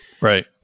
Right